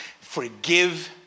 Forgive